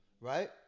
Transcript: right